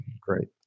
Great